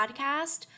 podcast